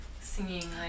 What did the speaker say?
singing